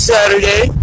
Saturday